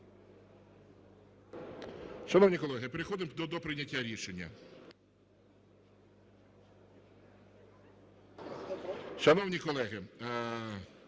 Шановні колеги, переходимо до прийняття рішення. Шановні колеги,